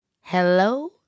hello